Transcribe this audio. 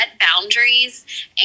boundaries